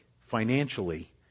financially